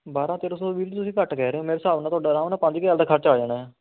ਬਾਰ੍ਹਾਂ ਤੇਰ੍ਹਾਂ ਸੌ ਵੀਰ ਤੁਸੀਂ ਘੱਟ ਕਹਿ ਰਹੇ ਹੋ ਮੇਰੇ ਹਿਸਾਬ ਨਾਲ ਤੁਹਾਡਾ ਆਰਾਮ ਨਾਲ ਪੰਜ ਕ ਹਜ਼ਾਰ ਦਾ ਖਰਚਾ ਆ ਜਾਣਾ